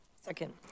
second